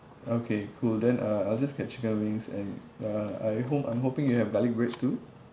okay cool then uh I'll just get chicken wings and uh I hope I'm hoping you have garlic bread too